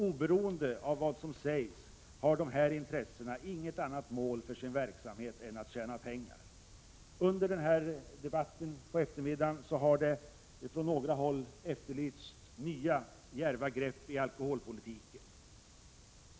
Oberoende av vad som sägs har dessa intressen inget annat mål för sin verksamhet än att tjäna pengar. Under den här debatten på eftermiddagen har från några håll efterlysts nya djärva grepp i alkoholpolitiken.